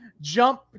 jump